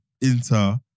Inter